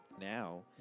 now